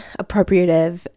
appropriative